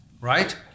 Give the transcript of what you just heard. right